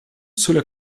cela